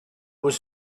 was